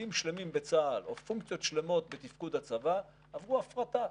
תפקידים שלמים בצה"ל או פונקציות שלמות בתפקוד הצבא עברו הפרטה.